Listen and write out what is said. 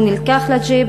הוא נלקח לג'יפ,